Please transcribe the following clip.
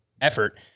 effort